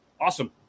Awesome